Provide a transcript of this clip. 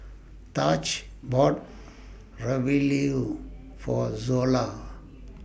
Taj bought Ravioli For Zola